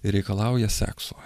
reikalauja sekso